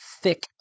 thick